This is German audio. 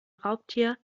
raubtier